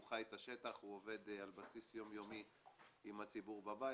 הוא חי את השטח והוא עובד על בסיס יום-יומי עם הציבור בבית.